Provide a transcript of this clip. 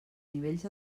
nivells